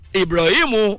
ibrahimu